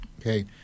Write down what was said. Okay